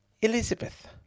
Elizabeth